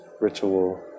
Ritual